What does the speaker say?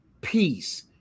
peace